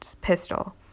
pistol